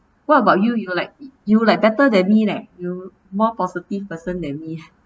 what about you you like you like better than me leh you more positive person than me